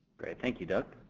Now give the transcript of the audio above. great, thank you doug.